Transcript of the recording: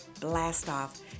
Blast-Off